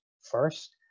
first